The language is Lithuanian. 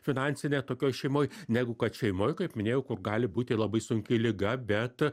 finansinė tokioj šeimoj negu kad šeimoj kaip minėjau kur gali būti labai sunki liga bet